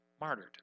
martyred